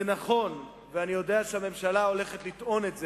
זה נכון, ואני יודע שהממשלה הולכת לטעון את זה,